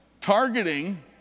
targeting